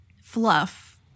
fluff